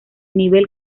nivel